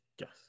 Yes